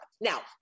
Now